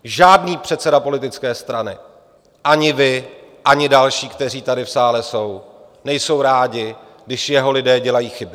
Žádný předseda politické strany, ani vy, ani další, kteří tady v sále jsou, nejsou rádi, když jeho lidé dělají chyby.